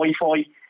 Wi-Fi